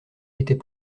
était